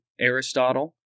Aristotle